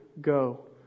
go